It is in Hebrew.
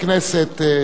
הכנסת.